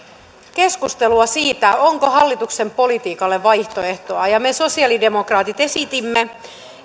keskustelua siitä onko hallituksen politiikalle vaihtoehtoa ja me sosialidemokraatit esitimme